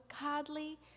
godly